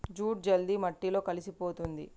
jute జల్ది మట్టిలో కలిసిపోతుంది